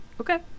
Okay